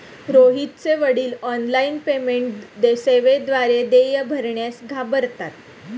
रोहितचे वडील online payment सेवेद्वारे देय भरण्यास घाबरतात